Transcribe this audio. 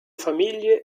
famiglie